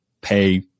pay